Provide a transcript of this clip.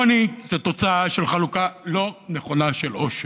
עוני זה תוצאה של חלוקה לא נכונה של עושר.